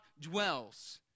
dwells